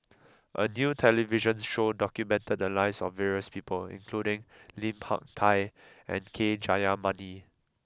a new television show documented the lives of various people including Lim Hak Tai and K Jayamani